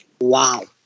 Wow